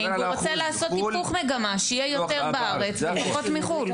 והוא רוצה לעשות היפוך מגמה שיהיו יותר בארץ ופחות מחו"ל.